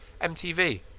MTV